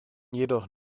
jedoch